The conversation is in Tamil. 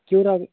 க்யூர் ஆகு